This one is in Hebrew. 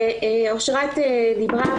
אשרת דיברה,